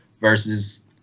versus